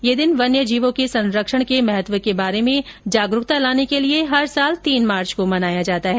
ये दिन वन्य जीवों के संरक्षण के महत्व के बारे में जागरूकता लाने के लिए हर साल तीन मार्च को मनाया जाता है